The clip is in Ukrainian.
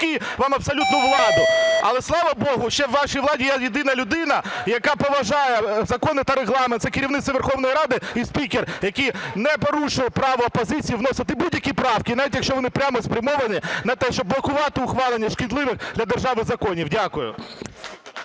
казки, вам абсолютну владу. Але, слава Богу, ще у вашій владі є єдина людина, яка поважає закон та Регламент, - це керівництво Верховної Ради і спікер, який не порушує право опозиції вносити будь-які правки, навіть якщо вони прямо спрямовані на те, щоб блокувати ухвалення шкідливих для держави законів. Дякую.